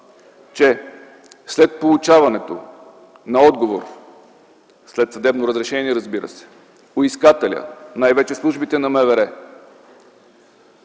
че след получаването на отговор, след съдебно разрешение, разбира се, искателят, най-вече службите на МВР,